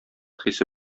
хисе